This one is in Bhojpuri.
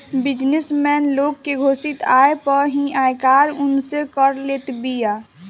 बिजनेस मैन लोग के घोषित आय पअ ही आयकर उनसे कर लेत बिया